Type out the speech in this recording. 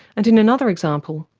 and in another example,